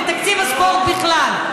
ותקציב הספורט בכלל.